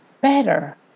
better